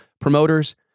promoters